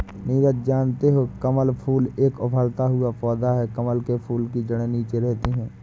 नीरज जानते हो कमल फूल एक उभरता हुआ पौधा है कमल के फूल की जड़े नीचे रहती है